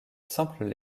simples